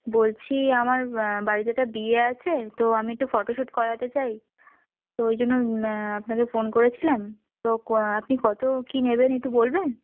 বলছি আমার বাড়িতে একটা বিয়ে আছে তো আমি একটু ফটো শ্যুট করাতে চাই তো ওই জন্য আপনাকে ফোন করেছিলাম তো আপনি কতো কী নেবেন একটু বলবেন